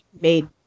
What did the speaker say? made